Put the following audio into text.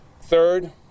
Third